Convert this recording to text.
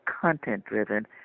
content-driven